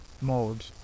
mode